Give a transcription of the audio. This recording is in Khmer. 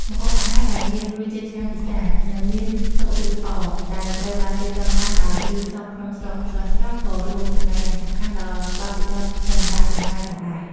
ម្ហូបអាហារដែលមានរសជាតិឆ្ងាញ់ពិសា និងមានសុខភាពល្អ ដែលត្រូវបានរៀបចំឡើងដោយគ្រឿងផ្សំក្នុងស្រុកស្រស់ៗ ក៏រួមចំណែកយ៉ាងសំខាន់ដល់បទពិសោធន៍សម្រាកលំហែផងដែរ។